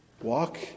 Walk